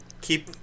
keep